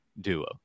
duo